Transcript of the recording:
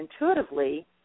intuitively